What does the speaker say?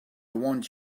want